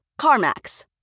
CarMax